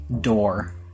door